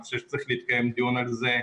אני חושב שצריך להתקיים דיון עליהם,